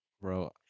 Bro